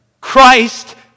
Christ